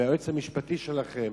עם היועץ המשפטי שלכם,